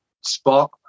spot